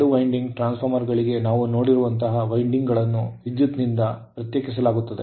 ಎರಡು winding ಅಂಕುಡೊಂಕಾದ transformer ಗಳಿಗೆ ನಾವು ನೋಡಿರುವಂತಹ ವೈಂಡಿಂಗ್ ಗಳನ್ನು ವಿದ್ಯುತ್ ನಿಂದ ಪ್ರತ್ಯೇಕಿಸಲಾಗುತ್ತದೆ